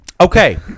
Okay